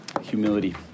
humility